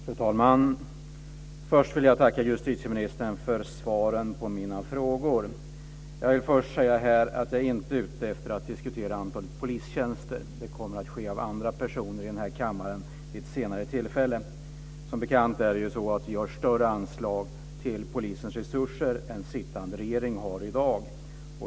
Fru talman! Först vill jag tacka justitieministern för svaren på mina frågor. Jag vill säga att jag inte är ute efter att diskutera antalet polistjänster. Det kommer att ske av andra personer i denna kammare vid ett senare tillfälle. Som bekant är det så att vi har större anslag till polisen än vad sittande regering har i dag.